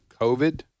COVID